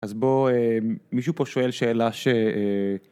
אז בוא, מישהו פה שואל שאלה ש...